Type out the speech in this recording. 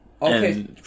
Okay